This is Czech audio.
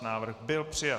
Návrh byl přijat.